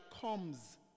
comes